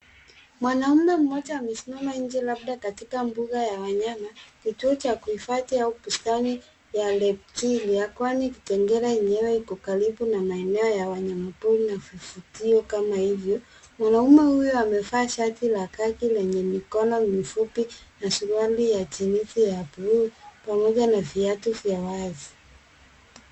Mwanaume mmoja amesimama nje labda katika mbuga ya wanyama, kituo cha kuhifadhi au bustani ya reptilia kwani kitengela yenyewe iko karibu na maeneo ya wanyamapori na vivutio kama hivyo. Mwanaume huyu amevaa shati la khaki lenye mikono mifupi na suruali ya jinisi ya bluu pamoja na viatu vya wazi.